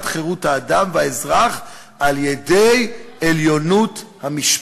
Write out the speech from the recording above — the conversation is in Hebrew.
חירות האדם והאזרח על-ידי עליונות המשפט".